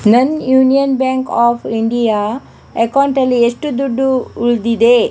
ನನ್ Union Bank of India ಅಕೌಂಟಲ್ಲಿ ಎಷ್ಟು ದುಡ್ಡು ಉಳಿದಿದೆ